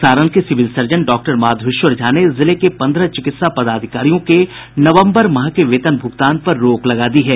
सारण के civil surgeon doctor Madhaveshwar Jha ने जिले के पंद्रह चिकित्सा पदाधिकारियों के नवम्बर माह के वेतन भूगतान पर रोक लगा दी है